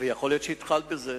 ויכול להיות שהתחלת בזה,